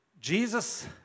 Jesus